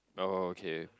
oh okay